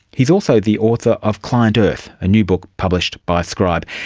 he is also the author of client earth, a new book published by scribe.